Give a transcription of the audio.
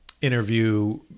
interview